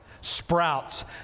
Sprouts